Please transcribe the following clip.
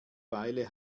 weile